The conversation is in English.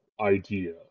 idea